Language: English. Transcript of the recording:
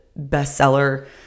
bestseller